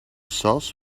saus